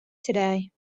today